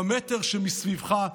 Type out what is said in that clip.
במטר שמסביבך,